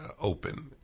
open